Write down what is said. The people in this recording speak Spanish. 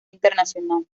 internacional